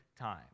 time